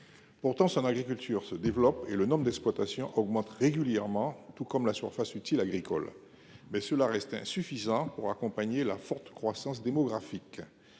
Pourtant, son agriculture se développe et le nombre d’exploitations augmente régulièrement, tout comme la surface utile agricole, mais cela reste insuffisant pour accompagner une forte croissance démographique.